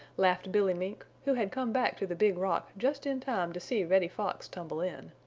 laughed billy mink, who had come back to the big rock just in time to see reddy fox tumble in.